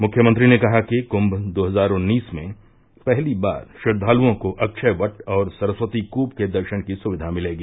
मुख्यमंत्री ने कहा कि कुंभ दो हजार उन्नीस में पहली बार श्रद्वालुओं को अक्षयवट और सरस्वती कूप के दर्शन की सुविधा मिलेगी